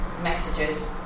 messages